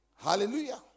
Hallelujah